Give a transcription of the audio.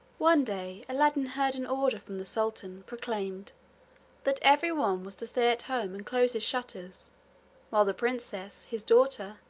one day aladdin heard an order from the sultan proclaimed that everyone was to stay at home and close his shutters while the princess, his daughter,